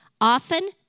often